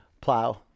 plow